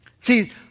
See